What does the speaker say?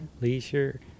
leisure